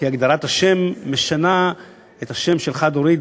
כי הגדרת השם משנה את השם של חד-הורית,